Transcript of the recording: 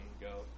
go